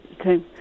okay